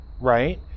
right